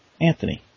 Anthony